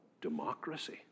democracy